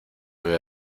vea